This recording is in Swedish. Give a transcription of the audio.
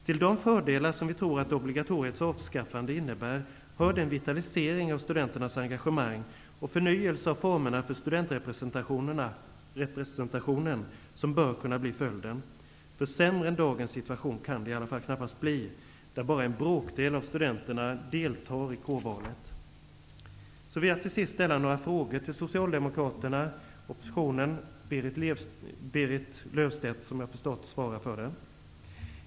Till de fördelar som vi tror att obligatoriets avskaffande innebär hör den vitalisering av studenternas engagemang och förnyelse av formerna för studentrepresentationen som bör kunna bli följden. Sämre än dagens situation kan det i alla fall knappast bli, där bara en bråkdel av studenterna deltar i kårvalet. Så vill jag till sist ställa några frågor till Socialdemokraterna och Berit Löfstedt, som om jag förstått rätt svarar för oppositionen.